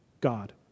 God